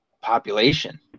population